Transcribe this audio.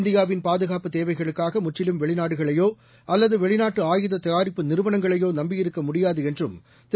இந்தியாவின் பாதுகாப்பு தேவைகளுக்காகமுற்றிலும் வெளிநாடுகளையோஅல்லதுவெளிநாட்டு ஆயுத தயாரிப்பு நிறுவனங்களையோநம்பியிருக்கமுடியாதுஎன்றும் திரு